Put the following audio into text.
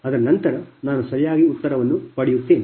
ಅದರ ನಂತರ ನಾನು ಸರಿಯಾಗಿ ಉತ್ತರವನ್ನು ಪಡೆಯುತ್ತೇನೆ